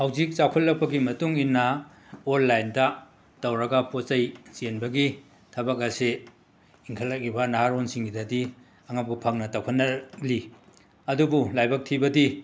ꯍꯧꯖꯤꯛ ꯆꯥꯎꯈꯠꯂꯛꯄꯒꯤ ꯃꯇꯨꯡ ꯏꯟꯅ ꯑꯣꯜꯂꯥꯏꯟꯗ ꯇꯧꯔꯒ ꯄꯣꯠꯆꯩ ꯆꯦꯟꯕꯒꯤ ꯊꯕꯛ ꯑꯁꯤ ꯏꯪꯈꯂꯛꯏꯕ ꯅꯍꯥꯔꯣꯟꯁꯤꯡꯒꯤꯗꯗꯤ ꯑꯉꯛꯄ ꯐꯪꯅ ꯇꯧꯈꯠꯅꯔꯛꯂꯤ ꯑꯗꯨꯕꯨ ꯂꯥꯏꯕꯛ ꯊꯤꯕꯗꯤ